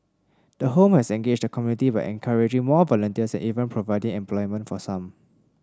the home has engaged the community by encouraging more volunteers and even providing employment for some